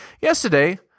Yesterday